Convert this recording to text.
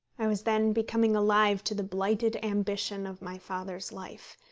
i was then becoming alive to the blighted ambition of my father's life,